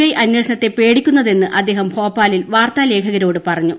I അന്വേഷണത്തെ പേടിക്കുന്നതെന്ന് അദ്ദേഹം ഭോപ്പാലിൽ വാർത്താലേഖകരോട് പറഞ്ഞു